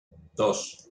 dos